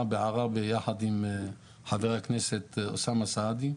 בעראבה ביחד עם חבר הכנסת אוסאמה סעדי,